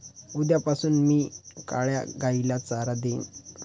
उद्यापासून मी काळ्या गाईला चारा देईन